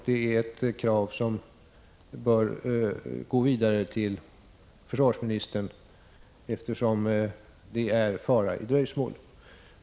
Det är ett krav som bör föras vidare till försvarsministern, eftersom det ligger fara i dröjsmål.